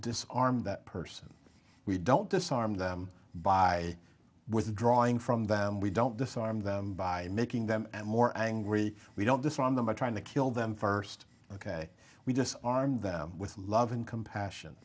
disarm that person we don't disarm them by withdrawing from them we don't disarm them by making them more angry we don't disarm them or trying to kill them first ok we just arm them with love and compassion